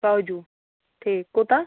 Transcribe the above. کاجُو ٹھیٖک کوٗتاہ